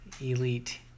Elite